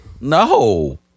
No